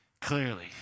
clearly